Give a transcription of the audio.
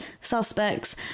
suspects